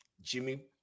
Jimmy